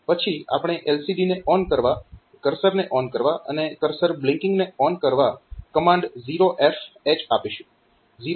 પછી આપણે LCD ને ઓન કરવા કર્સરને ઓન કરવા અને કર્સર બ્લિન્કીંગને ઓન કરવા કમાન્ડ 0FH આપીશું